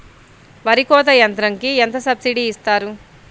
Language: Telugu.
వరి కోత యంత్రంకి ఎంత సబ్సిడీ ఇస్తారు?